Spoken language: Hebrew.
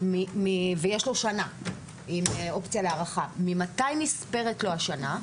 ויש לו שנה עם אופציה להארכה, ממתי נספרת לו השנה?